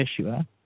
Yeshua